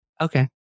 Okay